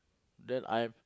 then I'm